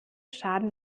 schaden